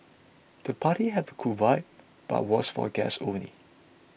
the party had a cool vibe but was for guests only